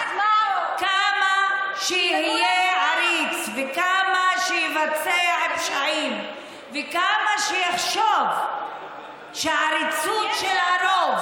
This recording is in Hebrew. כמה שהוא יהיה עריץ וכמה שיבצע פשעים וכמה שיחשוב שהעריצות של הרוב,